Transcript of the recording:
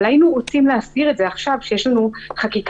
אבל היינו רוצים להסדיר את זה עכשיו כשיש לנו חקיקה